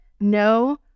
no